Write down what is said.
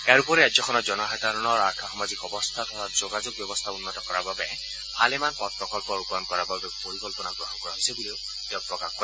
ইয়াৰ উপৰি ৰাজ্যখনৰ জনসাধাৰণৰ আৰ্থসামাজিক অৱস্থা তথা যোগাযোগ ব্যৱস্থা উন্নত কৰাৰ বাবে ভালেসংখ্যক পথ প্ৰকল্প ৰূপায়ণ কৰাৰ বাবে পৰিকল্পনা গ্ৰহণ কৰা হৈছে বুলি তেওঁ প্ৰকাশ কৰে